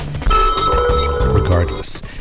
Regardless